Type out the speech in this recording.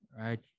right